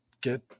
get